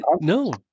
no